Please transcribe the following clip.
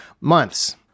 months